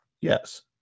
yes